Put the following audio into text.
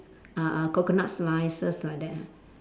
uh uh coconut slices like that ah